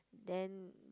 then